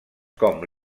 com